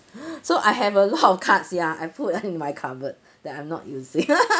so I have a lot of cards ya I put in my cupboard that I'm not using